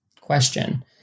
question